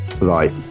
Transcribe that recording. Right